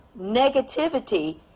negativity